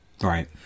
Right